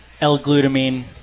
L-glutamine